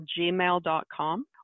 gmail.com